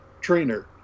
trainer